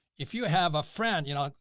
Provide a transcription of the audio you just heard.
if you have a friend, you know,